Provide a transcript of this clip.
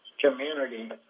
community